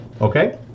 Okay